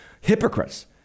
hypocrites